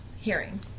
hearing